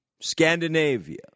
Scandinavia